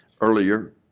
Earlier